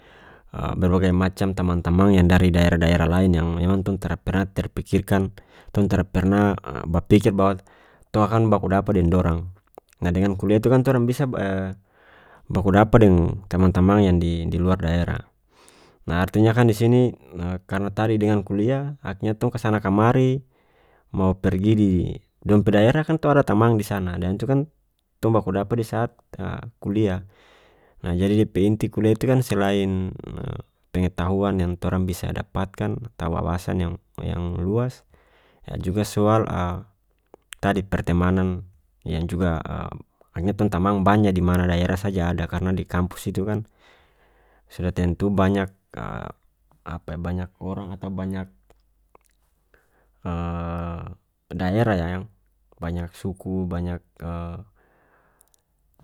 berbagai macam tamang-tamang yang dari daerah-daerah lain yang memang tong tara pernah terpikirkan tong tara pernah bapikir bahwa `tong akan baku dapa deng dorang nah dengan kuliah itu kan torang bisa b baku dapa deng tamang-tamang yang di- di luar daerah nah artinya kan disini nah karena tadi dengan kuliah tong kasana kamari mo pergi di dong pe daerah kan tong ada tamang di sana dan itu kan tong baku dapa di saat kuliah nah jadi dia pe inti kuliah itu kan selain pengetahuan yang torang bisa dapatkan atau wawasan yang- yang luas yah juga soal tadi pertemanan yang juga tong tamang banya di mana daerah saja ada karena di kampus itu kan sudah tentu banyak apa banyak orang atau banyak daerah yang banyak suku banyak.